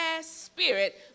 spirit